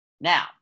Now